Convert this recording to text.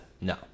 No